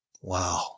Wow